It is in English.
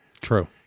True